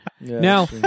Now